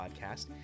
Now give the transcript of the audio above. podcast